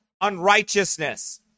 unrighteousness